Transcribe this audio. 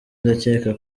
ndakeka